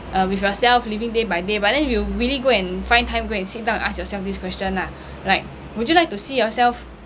uh with yourself living day by day but then you really go and find time go and sit down and ask yourself this question ah like would you like to see yourself